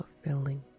fulfilling